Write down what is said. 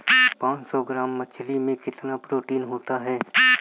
पांच सौ ग्राम मछली में कितना प्रोटीन होता है?